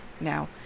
Now